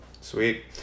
Sweet